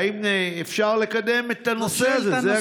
האם אפשר לקדם את הנושא הזה?